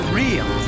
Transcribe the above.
real